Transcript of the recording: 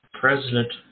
President